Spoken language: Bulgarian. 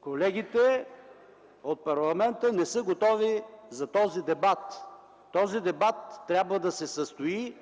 колегите от парламента не са готови за този дебат. Този дебат трябва да се състои